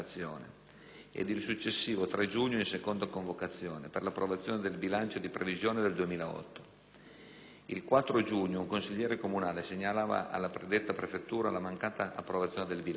II 4 giugno, un consigliere comunale segnalava alla predetta prefettura la mancata approvazione del bilancio.